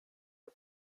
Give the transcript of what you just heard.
der